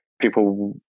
people